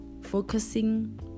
Focusing